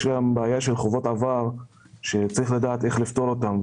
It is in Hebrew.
יש שם בעיה של חובות עבר שצריך לדעת איך לפתור אותה.